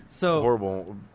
horrible